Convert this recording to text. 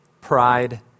pride